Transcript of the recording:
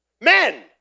Men